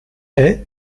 est